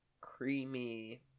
Creamy